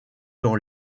dans